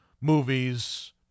movies